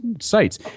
sites